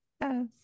yes